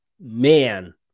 man